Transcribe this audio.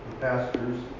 pastors